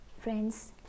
Friends